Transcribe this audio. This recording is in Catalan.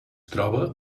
troba